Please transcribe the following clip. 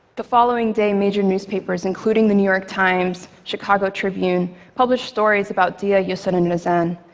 the following day, major newspapers including the new york times, chicago tribune published stories about deah, yusor and razan,